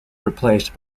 replaced